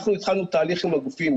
אנחנו התחלנו תהליך עם הגופים,